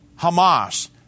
Hamas